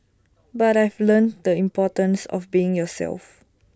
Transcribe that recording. but I've learnt the importance of being yourself